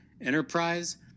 enterprise